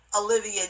Olivia